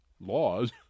laws